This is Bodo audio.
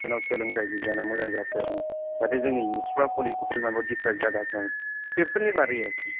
जोंनाव सोलोंथाइ बिगियाना मोजां जाथों जाहाथे जोंनि इयुथ्सफ्रा पलिटिकेल आव दिफेक्थ दाजाथों बेफोरनि बारै आरखि